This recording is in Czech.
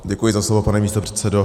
Děkuji za slovo, pane místopředsedo.